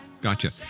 Gotcha